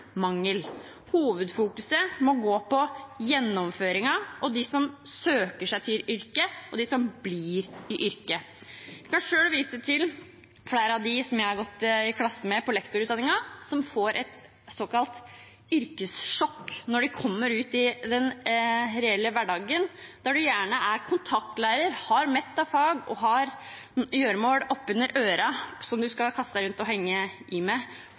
Hovedfokuset må være på gjennomføringen, på dem som søker seg til yrket, og på dem som blir i yrket. Jeg har selv vist til flere av dem som jeg har gått i klasse med på lektorutdanningen som får et såkalt yrkessjokk når de kommer ut i den reelle hverdagen, der man gjerne er kontaktlærer, har fullt av fag og gjøremål oppunder ørene som en skal kaste seg rundt og holde på med.